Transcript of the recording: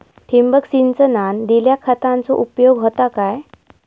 ठिबक सिंचनान दिल्या खतांचो उपयोग होता काय?